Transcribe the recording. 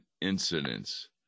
incidents